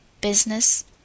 business